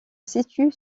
situe